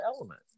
element